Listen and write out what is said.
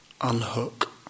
unhook